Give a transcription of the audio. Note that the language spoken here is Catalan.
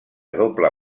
doble